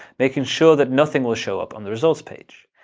making sure that nothing will show up on the results page.